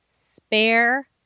spare